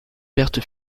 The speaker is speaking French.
perte